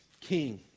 king